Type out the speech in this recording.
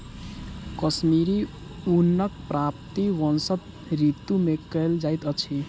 कश्मीरी ऊनक प्राप्ति वसंत ऋतू मे कयल जाइत अछि